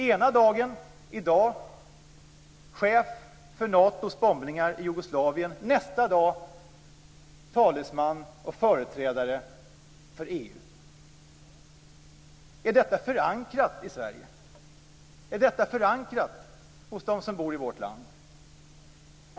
Ena dagen är han chef för Natos bombningar i Jugoslavien, nästa dag är han talesman och företrädare för EU. Är detta förankrat i Sverige? Är detta förankrat hos dem som bor i vårt land?